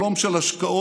שלום של השקעות,